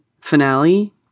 finale